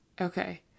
Okay